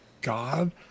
god